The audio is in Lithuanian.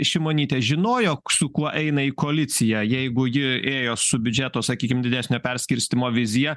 šimonytė žinojo su kuo eina į koaliciją jeigu ji ėjo su biudžeto sakykime didesnio perskirstymo vizija